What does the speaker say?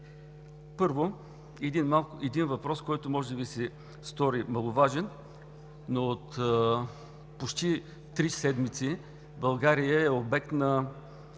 Първо, един въпрос, който може да Ви се стори маловажен, но почти от три седмици България е обект на търсене